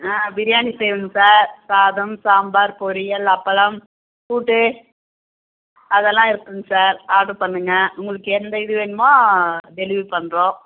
ஆ பிரியாணி செய்வோங்க சார் சாதம் சாம்பார் பொரியல் அப்பளம் கூட்டு அதெல்லாம் இருக்குதுங்க சார் ஆடர் பண்ணுங்க உங்களுக்கு எந்த இது வேணும் டெலிவரி பண்ணுறோம்